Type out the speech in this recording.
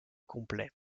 complet